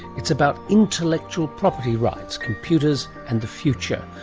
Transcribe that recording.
it's about intellectual property rights, computers and the future,